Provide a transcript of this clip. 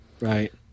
Right